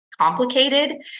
complicated